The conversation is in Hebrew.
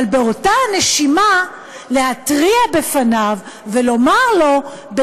אבל באותה נשימה להתריע בפניו ולומר לו אם